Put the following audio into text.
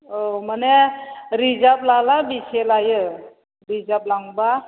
औ माने रिजार्भ लाला बेसे लायो रिजार्भ लांब्ला